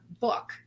book